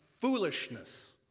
foolishness